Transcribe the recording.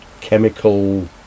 chemical